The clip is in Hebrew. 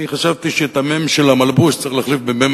אני חשבתי שאת המ"ם של המלבוש צריך להחליף במ"ם,